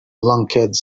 lunkheads